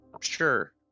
Sure